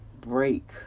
break